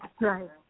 Right